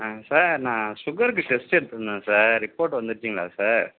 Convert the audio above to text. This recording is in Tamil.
ஆ சார் நான் சுகருக்கு டெஸ்ட்டு எடுத்திருந்தேன் சார் ரிப்போர்ட் வந்துடுச்சுங்களா சார்